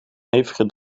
hevige